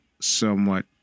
somewhat